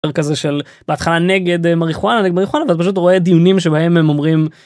כזה של בהתחלה נגד מריחואנה נגד מריחואנה פשוט רואה דיונים שבהם הם אומרים.